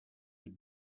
good